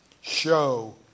Show